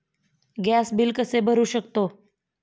Gas bill कसे भरू शकतो?